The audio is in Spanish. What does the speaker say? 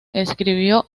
escribió